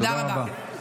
תודה רבה.